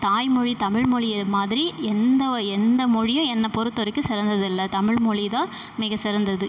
தாய்மொழி தமிழ்மொழியை மாதிரி எந்தவொ எந்த மொழியும் என்ன பொறுத்த வரைக்கும் சிறந்தது இல்லை தமிழ்மொழிதான் மிக சிறந்தது